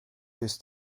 ist